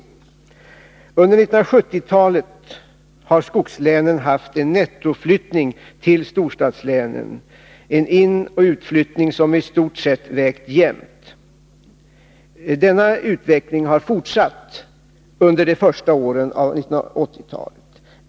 Under 1970-talet har skogslänen haft en nettoflyttning och storstadslänen en inoch utflyttning som i stort sett vägt jämnt. Denna utveckling har fortsatt under de första åren av 1980-talet.